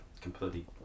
completely